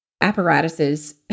apparatuses